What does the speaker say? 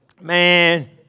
Man